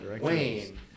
Wayne